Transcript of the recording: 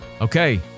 Okay